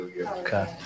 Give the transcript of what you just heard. Okay